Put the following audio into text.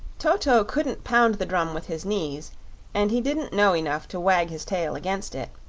toto couldn't pound the drum with his knees and he didn't know enough to wag his tail against it,